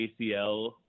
ACL